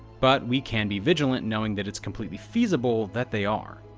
but we can be vigilant knowing that it's completely feasible that they are.